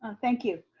um thank you.